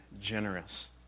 generous